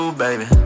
baby